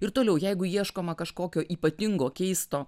ir toliau jeigu ieškoma kažkokio ypatingo keisto